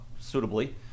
suitably